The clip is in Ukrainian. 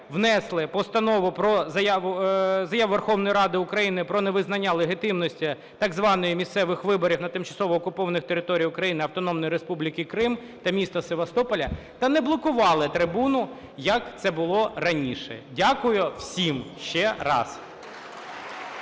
внесли постанову про... заяву Верховної Ради України про невизнання легітимності так званих місцевих виборів та тимчасово окупованих територіях України – Автономної Республіки Крим та міста Севастополя та не блокували трибуну, як це було раніше. Дякую всім ще раз.